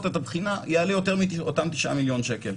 את הבחינה יעלה יותר מאותם תשעה מיליון שקל.